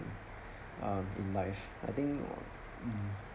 um in life I think mm